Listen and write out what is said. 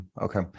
Okay